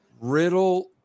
Riddle